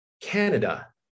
Canada